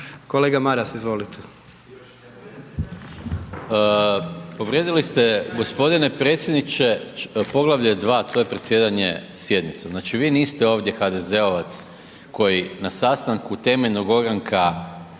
Kolega Maras, izvolite.